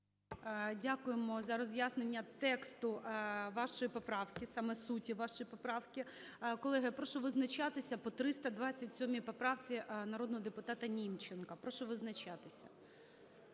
Дякуємо за роз'яснення тексту вашої поправки, саме суті вашої поправки. Колеги, я прошу визначатись по 327 поправці народного депутата Німченка.